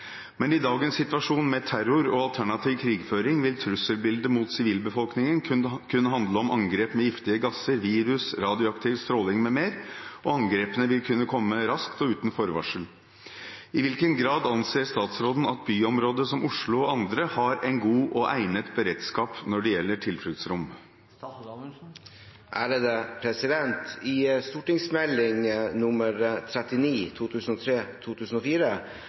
Men i dagens situasjon med terror og alternativ krigføring vil trusselbildet mot sivilbefolkningen kunne handle om angrep med giftige gasser, virus, radioaktiv stråling med mer, og angrepene vil kunne komme raskt og uten forvarsel. I hvilken grad anser statsråden at byområder som Oslo og andre har en god og egnet beredskap når det gjelder tilfluktsrom?» I Meld. St. 39